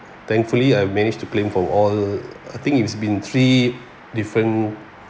thankfully I managed to claim from all I think it's been three different